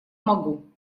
могу